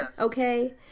Okay